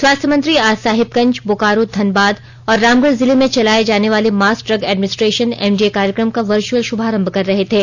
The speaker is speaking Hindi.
स्वास्थ्य मंत्री आज साहिबगंज बोकारो धनबाद और रामगढ़ जिले में चलाये जाने वाले मास इग एडमिनिस्ट्रेशन एमडीए कार्यक्रम का वर्चअल शुभारम्भ कर रहे थे